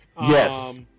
Yes